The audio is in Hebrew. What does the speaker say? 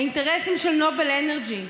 האינטרסים של נובל אנרג'י,